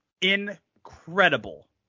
incredible